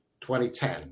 2010